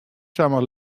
samar